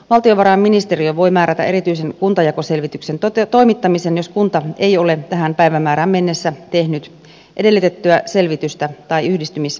valtiovarainministeriö voi määrätä erityisen kuntajakoselvityksen toimittamisen jos kunta ei ole tähän päivämäärään mennessä tehnyt edellytettyä selvitystä tai yhdistymisesitystä